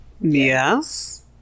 yes